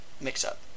mix-up